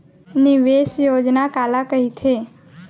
निवेश योजना काला कहिथे?